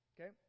Okay